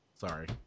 Sorry